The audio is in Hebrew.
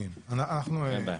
אין בעיה.